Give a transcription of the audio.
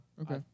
Okay